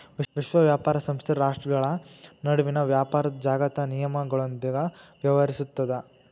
ವಿಶ್ವ ವ್ಯಾಪಾರ ಸಂಸ್ಥೆ ರಾಷ್ಟ್ರ್ಗಳ ನಡುವಿನ ವ್ಯಾಪಾರದ್ ಜಾಗತಿಕ ನಿಯಮಗಳೊಂದಿಗ ವ್ಯವಹರಿಸುತ್ತದ